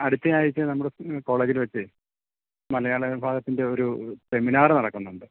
അടുത്ത ആഴ്ച നമ്മൾ കോളേജിൽ വച്ച് മലയാളം വിഭാഗത്തിൻറയൊരു സെമിനാറ് നടക്കുന്നുണ്ട്